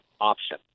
option